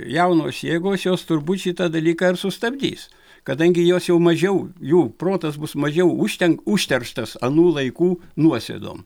jaunos jėgos jos turbūt šitą dalyką ir sustabdys kadangi jos jau mažiau jų protas bus mažiau užtenk užterštas anų laikų nuosėdom